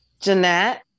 Jeanette